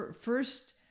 first